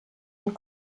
und